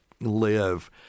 live